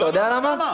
אתה יודע למה?